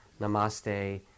Namaste